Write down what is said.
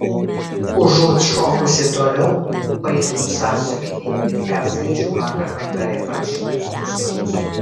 užuot šokusi toliau paėmiau sąsiuvinį ir perskaičiau vakar vakare parašytus puslapius